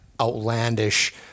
outlandish